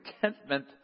contentment